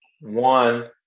one